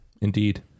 indeed